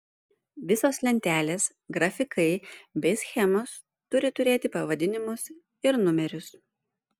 visos lentelės grafikai bei schemos turi turėti pavadinimus ir numerius